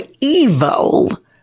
evil